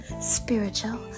spiritual